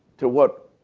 to what